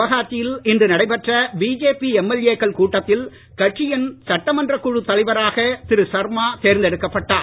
குவஹாத்தியில் இன்று நடைபெற்ற பிஜேபி எம்எல்ஏ க்கள் கூட்டத்தில் கட்சியின் சட்டமன்றக் குழுத் தலைவராக திரு சர்மாதேர்ந்தெடுக்கப்பட்டார்